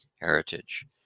heritage